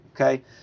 okay